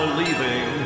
leaving